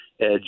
edge